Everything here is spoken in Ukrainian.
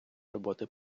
роботи